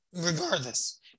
regardless